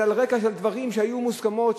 אלא על רקע של דברים שהיו מוסכמות,